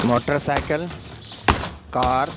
motor cycle car